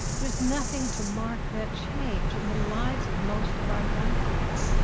there's nothing to mark that change in the lives of most of our young people.